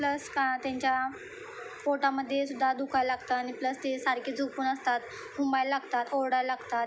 plus का त्यांच्या पोटामध्ये सुद्धा दुखायला लागतं आणि प्लस ते सारखे झोपून असतात कुंबायला लागतात ओरडायला लागतात